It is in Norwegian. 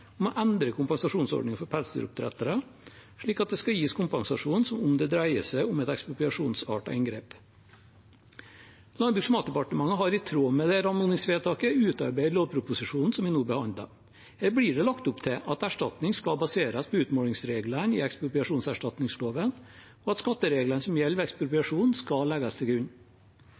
om å endre kompensasjonsordningen for pelsdyroppdrettere, slik at det skal gis kompensasjon som om det dreier seg om et ekspropriasjonsartet inngrep. Landbruks- og matdepartementet har i tråd med dette anmodningsvedtaket utarbeidet lovproposisjonen som vi nå behandler. Her blir det lagt opp til at erstatning skal baseres på utmålingsreglene i ekspropriasjonserstatningsloven, og at skattereglene som gjelder ved ekspropriasjon, skal legges til grunn.